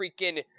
freaking